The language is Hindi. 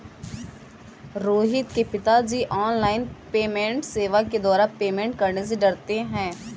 रोहित के पिताजी ऑनलाइन पेमेंट सेवा के द्वारा पेमेंट करने से डरते हैं